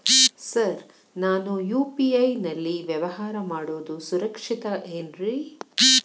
Sir ನಾನು UPI ನಲ್ಲಿ ವ್ಯವಹಾರ ಮಾಡೋದು ಸುರಕ್ಷಿತ ಏನ್ರಿ?